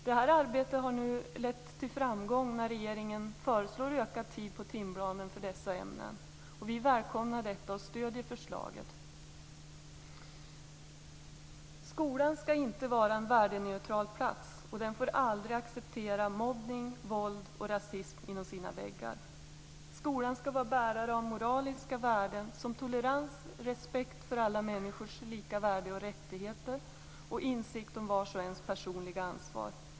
Detta arbete har nu lett till framgång när regeringen föreslår ökad tid på timplanen för dessa ämnen. Vi välkomnar detta och stödjer förslaget. Skolan skall inte vara en värdeneutral plats, och den får aldrig acceptera mobbning, våld och rasism inom sina väggar. Skolan skall vara bärare av moraliska värden som tolerans, respekt för alla människors lika värde och rättigheter och insikt om vars och ens personliga ansvar.